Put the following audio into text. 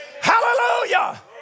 Hallelujah